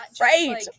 right